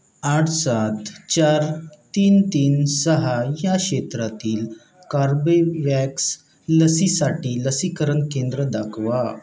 आठ सात चार तीन तीन सहा या क्षेत्रातील कार्बेवॅक्स लसीसाठी लसीकरण केंद्र दाखवा